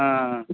ஆ